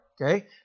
okay